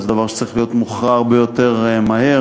וזה דבר שצריך להיות מוכרע הרבה יותר מהר,